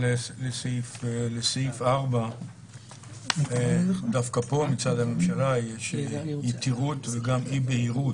לסעיף 4 דווקא פה יש לממשלה יתירות ואי בהירות.